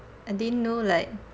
I didn't know like